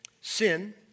sin